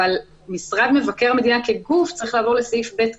אבל משרד המבקר המדינה כגוף צריך לעבור לסעיף (ב).